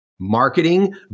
Marketing